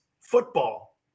Football